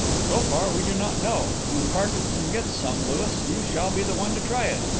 so far we do not know. when parkinson gets some, louis, you shall be the one to try it.